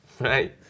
right